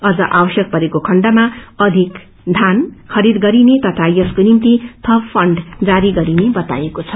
अझ आवश्यक परेको खण्डमा अधिक धान खरीद गरिने तथा यसको निम्ति थप फण्ड जारी गरिने बताएको छ